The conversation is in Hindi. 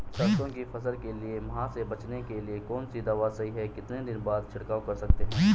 सरसों की फसल के लिए माह से बचने के लिए कौन सी दवा सही है कितने दिन बाद छिड़काव कर सकते हैं?